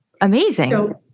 amazing